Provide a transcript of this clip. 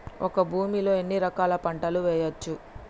ఒక భూమి లో ఎన్ని రకాల పంటలు వేయచ్చు?